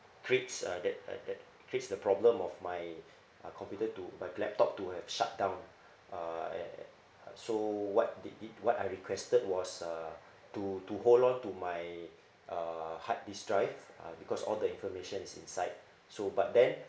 creates uh that uh that creates the problem of my uh computer to my laptop to have shutdown uh and and uh so what they did what I requested was uh to to hold on to my uh hard disk drive uh because all the informations inside so but then